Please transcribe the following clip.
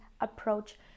approach